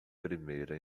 primeira